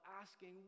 asking